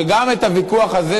שגם את הוויכוח הזה,